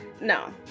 no